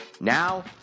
Now